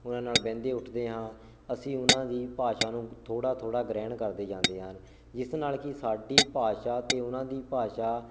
ਉਹਨਾਂ ਨਾਲ ਬਹਿੰਦੇ ਉੱਠਦੇ ਹਾਂ ਅਸੀਂ ਉਹਨਾਂ ਦੀ ਭਾਸ਼ਾ ਨੂੰ ਥੋੜ੍ਹਾ ਥੋੜ੍ਹਾ ਗ੍ਰਹਿਣ ਕਰਦੇ ਜਾਂਦੇ ਹਨ ਜਿਸ ਨਾਲ ਕਿ ਸਾਡੀ ਭਾਸ਼ਾ ਅਤੇ ਉਹਨਾਂ ਦੀ ਭਾਸ਼ਾ